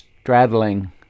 straddling